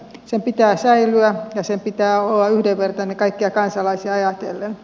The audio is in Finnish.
sen pitää säilyä ja sen pitää olla yhdenvertainen kaikkia kansalaisia ajatellen